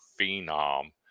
phenom